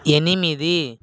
ఎనిమిది